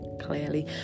clearly